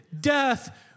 death